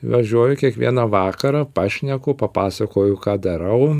važioju kiekvieną vakarą pašneku papasakoju ką darau